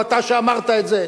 ואתה שאמרת את זה,